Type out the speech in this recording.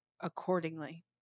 accordingly